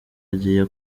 agiye